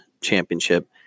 championship